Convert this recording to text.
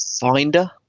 Finder